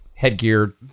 Headgear